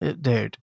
Dude